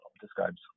describes